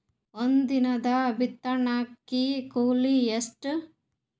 ಒಂದಿನದ ಬಿತ್ತಣಕಿ ಕೂಲಿ ಎಷ್ಟ?